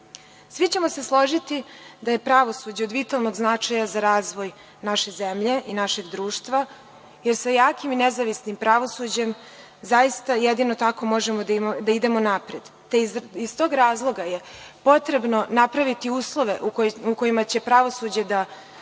ćemo se složiti da je pravosuđe od vitalnog značaja za razvoj naše zemlje i našeg društva, jer sa jakim i nezavisnim pravosuđem zaista jedino tako možemo da idemo napred, te iz tog razloga je potrebno napraviti uslove u kojima će pravosuđe da